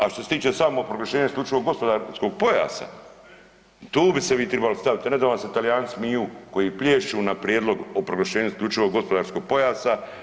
A što se tiče samog proglašenja isključivog gospodarskog pojasa, tu bi se vi tribali staviti, a ne da vam se Talijani smiju koji plješću na prijedlog o proglašenju isključivog gospodarskog pojasa.